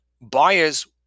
buyers